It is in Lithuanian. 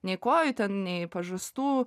nei kojų ten nei pažastų